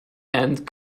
and